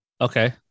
Okay